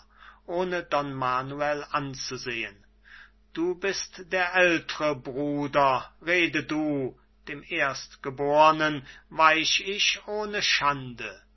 ohne don manuel anzusehen du bist der ältre bruder rede du dem erstgebornen weich ich ohne schande